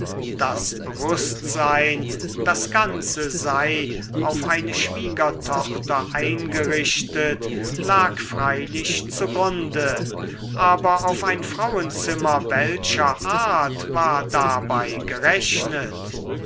das bewußtsein das ganze sei auf eine schwiegertochter eingerichtet lag freilich zu grunde aber auf ein frauenzimmer welcher art war dabei gerechnet